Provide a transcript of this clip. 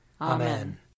Amen